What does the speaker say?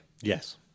Yes